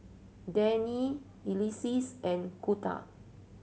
Dannie Ulises and Kunta